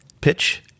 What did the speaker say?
pitch